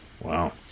Wow